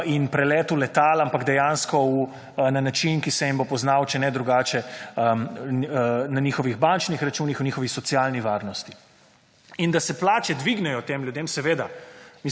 in preletu letal, ampak dejansko na način, ki se jim bo poznal če ne drugače na njihovih bančnih računih, v njihovi socialni varnosti. In da se plače dvignejo tem ljudem, seveda,